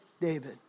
David